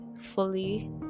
fully